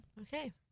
Okay